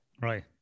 right